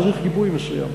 צריך גיבוי מסוים.